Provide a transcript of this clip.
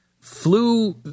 flew